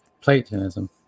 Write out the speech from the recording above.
Platonism